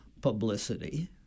publicity